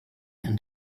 and